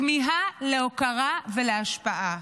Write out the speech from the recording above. כמיהה להוקרה ולהשפעה.